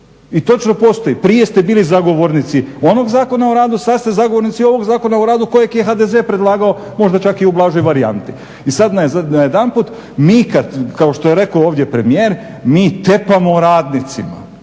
I točno postoji, prije ste bili zagovornici onog Zakona o radu, sad ste zagovornici ovog Zakona o radu kojeg je HDZ predlagao možda čak i u blažoj varijanti. I sada najedanput mi kad kao što je rekao ovdje premijer, mi tepamo radnicima.